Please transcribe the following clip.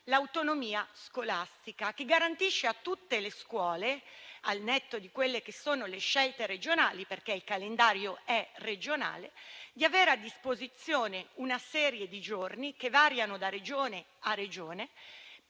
l'autonomia scolastica e garantisce a tutte le scuole, al netto delle scelte regionali (il calendario è infatti regionale), di avere a disposizione una serie di giorni, che variano da Regione a Regione,